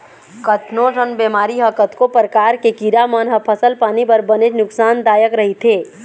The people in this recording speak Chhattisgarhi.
कतको ठन बेमारी ह कतको परकार के कीरा मन ह फसल पानी बर बनेच नुकसान दायक रहिथे